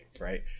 right